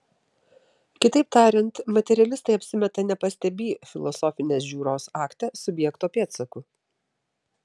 kitaip tariant materialistai apsimeta nepastebį filosofinės žiūros akte subjekto pėdsakų